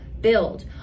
build